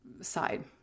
side